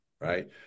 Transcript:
Right